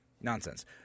Nonsense